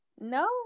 No